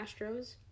Astros